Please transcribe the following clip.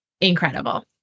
Incredible